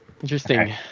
Interesting